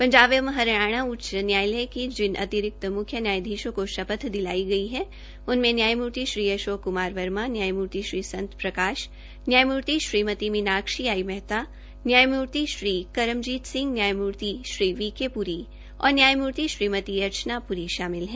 पंजाब एवं हरियाणा उच्च न्यायालय के जिन अतिरिक्त मुख्य न्यायाधीषों को शपथ दिलाई गई है उनमें न्यायमूर्ति श्री अशोक कुमार वर्मा न्यायमूर्ति श्री संत प्रकाश न्यायमूर्ति श्रीमती मीनाक्षी आई मेहत्ता न्यायमूर्ति श्री करमजीत सिंह न्यायमूर्ति श्री विवके पुरी और न्यायमूर्ति श्रीमती अर्चना पुरी शामिल हैं